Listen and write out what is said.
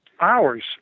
Hours